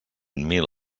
mil